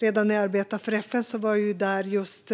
Redan när jag arbetade för FN var jag där just